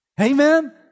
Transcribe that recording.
Amen